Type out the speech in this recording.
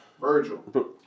Virgil